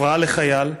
הפרעה לחייל,